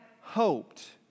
hoped